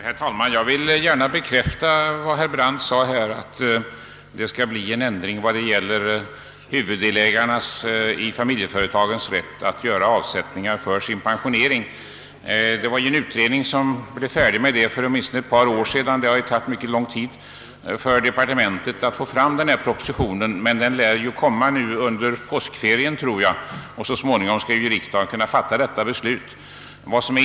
Herr talman! Jag vill gärna bekräfta vad herr Brandt sade, att det skall bli en ändring vad gäller rätten för huvuddelägare i familjeföretag att göra avsättning för sin pensionering. En utredning blev färdig med den frågan för åtminstone ett par år sedan, men det har tagit lång tid för departementet att få fram en proposition. Nu lär propositionen komma under påskferien, och så småningom kan riksdagen alltså fatta beslut.